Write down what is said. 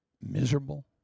miserable